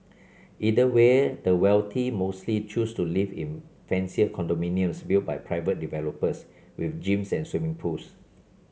either way the wealthy mostly choose to live in fancier condominiums built by private developers with gyms and swimming pools